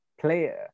player